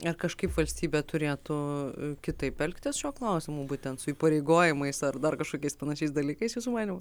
ar kažkaip valstybė turėtų kitaip elgtis šiuo klausimu būtent su įpareigojimais ar dar kažkokiais panašiais dalykais jūsų manymu